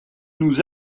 nous